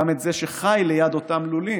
גם את זה שחי ליד אותם לולים,